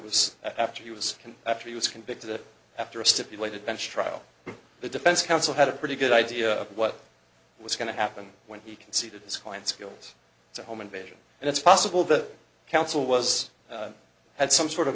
was after he was after he was convicted and after a stipulated bench trial the defense counsel had a pretty good idea of what was going to happen when he conceded this point skills to home invasion and it's possible the council was had some sort of